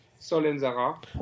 Solenzara